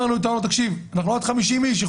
ואז דיברנו ואמרנו אנחנו רק 50 איש,